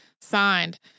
signed